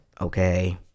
okay